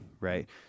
right